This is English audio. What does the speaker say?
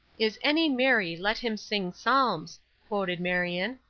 is any merry, let him sing psalms quoted marion.